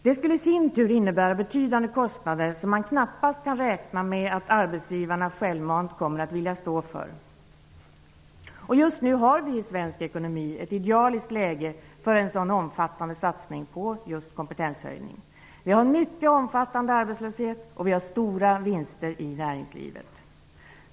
Det skulle i sin tur innebära betydande kostnader som man knappast kan räkna med att arbetsgivarna självmant kommer att vilja stå för. Just nu har vi i svensk ekonomi ett idealiskt läge för en sådan omfattande satsning på kompetenshöjning, dvs. en mycket omfattande arbetslöshet samt stora vinster i näringslivet.